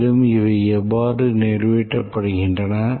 மேலும் இவை எவ்வாறு நிறைவேற்றப்படுகின்றன